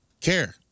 care